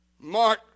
Mark